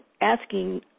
Asking